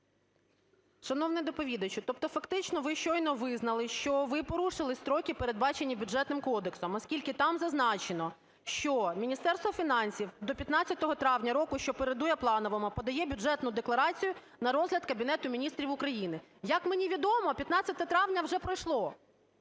Шановний доповідачу, тобто фактично ви щойно визнали, що ви порушили строки, передбачені Бюджетним кодексом, оскільки там зазначено, що Міністерство фінансів до 15 травня року, що передує плановому, подає Бюджетну декларацію на розгляд Кабінету Міністрів України. Як мені відомо, 15 травня вже пройшло.